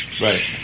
Right